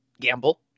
gamble